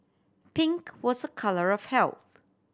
pink was a colour of health